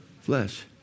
Flesh